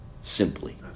Simply